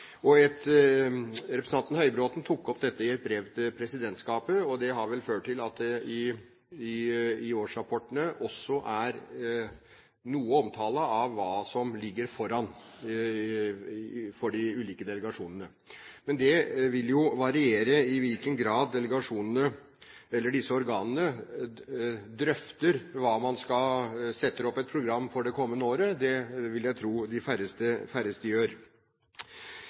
Representanten Høybråten tok opp dette i et brev til presidentskapet, og det har ført til at det i årsrapportene også er noe omtale av hva som ligger foran for de ulike delegasjonene. Men det vil jo variere i hvilken grad disse organene drøfter hva man skal sette opp som program for det kommende året. Det vil jeg tro de færreste gjør.